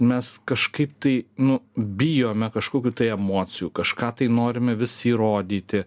mes kažkaip tai nu bijome kažkokių tai emocijų kažką tai norime vis įrodyti